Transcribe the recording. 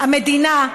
המדינה,